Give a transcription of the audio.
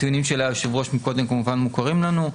הטיעונים של היושב ראש קודם כמובן מוכרים לנו,